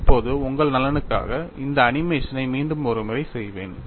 இப்போது உங்கள் நலனுக்காக இந்த அனிமேஷனை மீண்டும் ஒரு முறை செய்வேன்